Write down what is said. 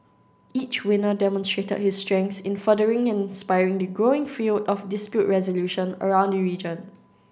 each winner demonstrated his strengths in furthering and inspiring the growing field of dispute resolution around the region